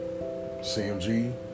CMG